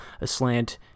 aslant